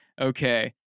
Okay